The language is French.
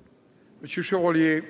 pour la réplique.